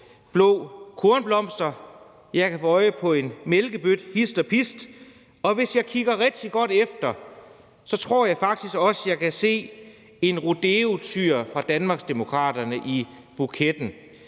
blå kornblomster, og jeg kan få øje på en mælkebøtte hist og pist, og hvis jeg kigger rigtig godt efter, tror jeg faktisk også, jeg kan se en rodeotyr fra Danmarksdemokraterne i buketten.